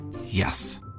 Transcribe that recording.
Yes